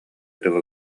дылы